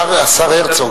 השר הרצוג,